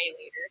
later